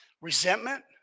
resentment